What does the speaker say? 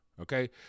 Okay